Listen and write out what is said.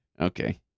okay